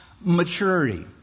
maturity